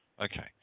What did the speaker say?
Okay